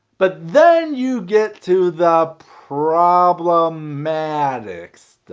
but then you get to the problematic stuff.